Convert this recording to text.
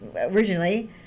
originally